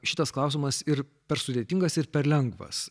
šitas klausimas ir per sudėtingas ir per lengvas